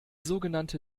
sogenannte